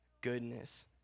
goodness